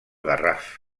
garraf